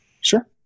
sure